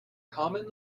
common